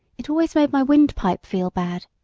it always made my windpipe feel bad,